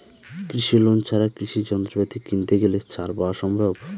কৃষি লোন ছাড়া কৃষি যন্ত্রপাতি কিনতে গেলে ছাড় পাওয়া সম্ভব?